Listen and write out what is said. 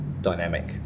dynamic